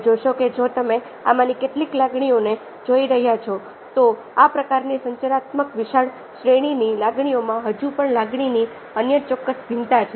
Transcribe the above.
તમે જોશો કે જો તમે આમાંની કેટલીક લાગણીઓને જોઈ રહ્યા છો તો આ પ્રકારની સંચારાત્મક વિશાળ શ્રેણીની લાગણીઓમાં હજુ પણ લાગણીની અન્ય ચોક્કસ ભિન્નતા છે